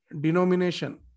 denomination